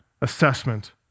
assessment